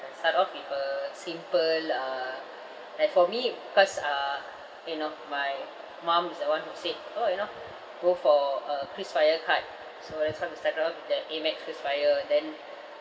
start off with a simple uh like for me because uh you know my mum is the one who said orh you know go for a Krisflyer card so that's why I'm settled up with that Amex Krisflyer then